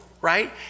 right